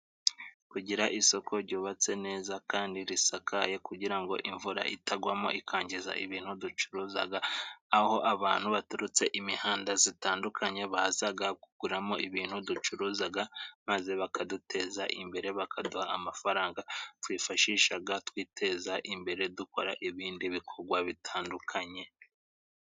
Kugira isoko ryubatse neza kandi risakaye kugira ngo imvura itagwamo ikangiza ibintu ducuruza, aho abantu baturutse imihanda zitandukanye bazaga guguramo ibintu ducuruzaga, maze bakaduteza imbere bakaduha amafaranga twifashishaga twiteza imbere dukora ibindi bikogwa bitandukanye.